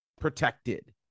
protected